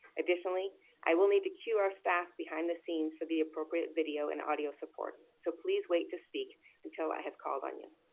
additionally i will need to cue our staff behind the scenes for appropriate video and audio support so please wait to speak until i have called on you.